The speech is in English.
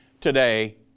today